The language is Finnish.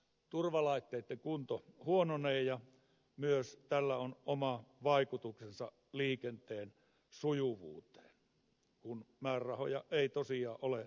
turvalaitteitten kunto huononee ja myös tällä on oma vaikutuksensa liikenteen sujuvuuteen kun määrärahoja ei tosiaan ole tarpeeksi